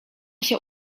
się